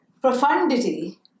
profundity